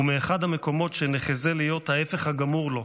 הוא מאחד המקומות שנחזה להיות ההפך הגמור לו,